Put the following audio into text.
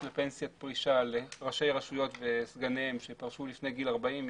לפנסיית פרישה לראשי רשויות וסגניהם שפרשו לפני גיל 40,